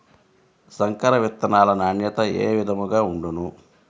సంకర విత్తనాల నాణ్యత ఏ విధముగా ఉండును?